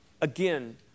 Again